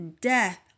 death